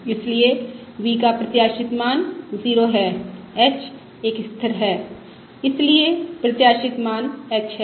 इसलिए v का प्रत्याशित मान 0 है h एक स्थिर है इसलिए प्रत्याशित मान h है